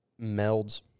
melds